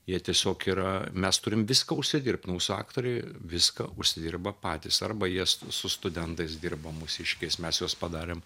jie tiesiog yra mes turim viską užsidirbti mūsų aktoriai viską užsidirba patys arba jie su studentais dirba mūsiškiais mes juos padarėm